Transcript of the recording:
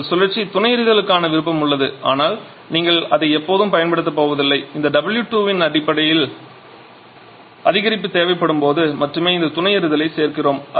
உங்கள் சுழற்சியில் துணை எரிதலுக்கான விருப்பம் உள்ளது ஆனால் நீங்கள் அதை எப்போதும் பயன்படுத்தப் போவதில்லை இந்த W2 வின் மதிப்பில் அதிகரிப்பு தேவைப்படும்போது மட்டுமே இந்த துணை எரிதலை சேர்க்கிறோம்